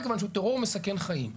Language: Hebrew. מכיוון שטרור מסכן חיים.